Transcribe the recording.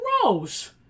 gross